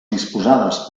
disposades